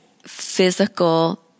physical